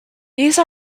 these